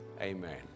Amen